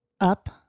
Up